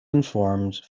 informed